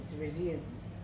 resumes